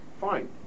Fine